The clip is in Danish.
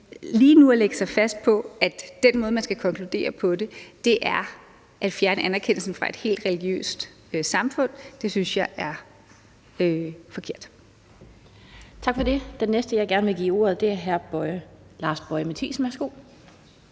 lige nu at lægge sig fast på, at den måde, man skal konkludere på, er at fjerne anerkendelsen fra et helt religiøst samfund, synes jeg er forkert. Kl. 12:38 Den fg. formand (Annette Lind): Tak for det. Den næste, jeg gerne vil give ordet, er hr. Lars Boje Mathiesen.